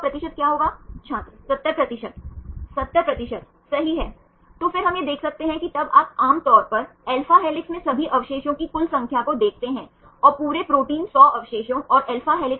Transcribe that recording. तो यह transmembrane segment इस 30 से 40 Å की चौड़ाई को समायोजित करने के लिए लंबा है आप 20 से 30 अवशेषों को पा सकते हैं सही क्योंकि यह सीधे नहीं है इसकी अलग अलग पुष्टि हो सकती है